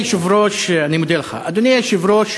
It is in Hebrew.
אדוני היושב-ראש,